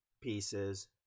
pieces